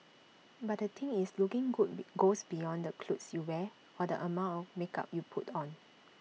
but the thing is looking good be goes beyond the clothes you wear or the amount of makeup you put on